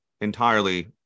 entirely